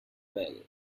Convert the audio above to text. well